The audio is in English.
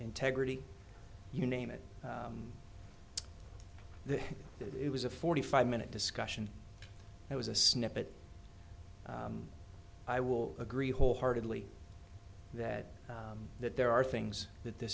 integrity you name it that it was a forty five minute discussion it was a snippet i will agree wholeheartedly that that there are things that th